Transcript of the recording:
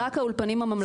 רק האולפנים הממלכתיים.